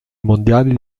mondiali